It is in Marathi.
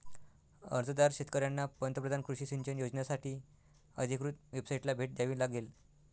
अर्जदार शेतकऱ्यांना पंतप्रधान कृषी सिंचन योजनासाठी अधिकृत वेबसाइटला भेट द्यावी लागेल